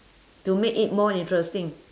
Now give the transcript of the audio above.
to make it more interesting